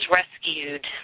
rescued